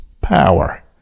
power